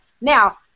Now